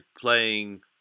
playing